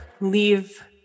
leave